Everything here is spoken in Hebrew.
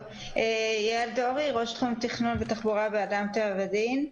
יעל דורי, ראש תחום תכנון ותחבורה באדם טבע ודין.